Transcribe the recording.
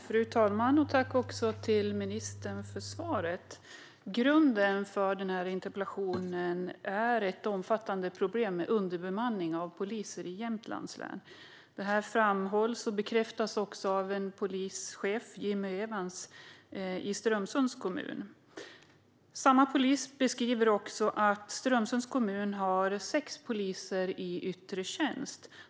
Fru talman! Tack, ministern, för svaret! Grunden till min interpellation är ett omfattande problem med underbemanning av poliser i Jämtlands län. Det här framhålls och bekräftas av en polischef, Jimmy Evans, i Strömsunds kommun. Samma polis beskriver också att Strömsunds kommun har sex poliser i yttre tjänst.